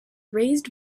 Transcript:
raised